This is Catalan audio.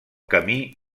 camí